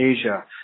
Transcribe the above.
Asia